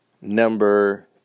number